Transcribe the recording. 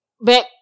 Back